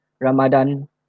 ramadan